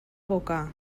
boca